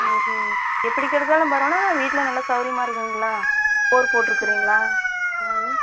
எங்களுக்கு எப்படி கெடைச்சாலும் பரவாயில்ல ஆனால் வீட்டில் நல்லா சௌகரியமா இருக்குதுங்களா போர் போட்டுருக்குறீங்களா